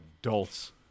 adults